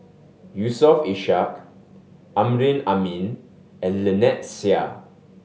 Yusof Ishak Amrin Amin and Lynnette Seah